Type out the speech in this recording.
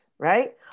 right